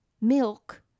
Milk